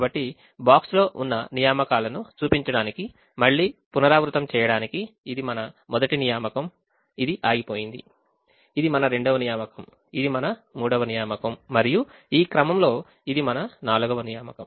కాబట్టి boxలో ఉన్న నియామకాలును చూపించడానికి మళ్ళీ పునరావృతం చేయడానికి ఇది మన మొదటి నియామకం ఇది ఆగిపోయింది ఇది మన రెండవ నియామకం ఇది మన 3వ నియామకం మరియు ఈ క్రమంలో ఇది మన 4వ నియామకం